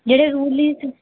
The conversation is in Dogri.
जेह्ड़े रूल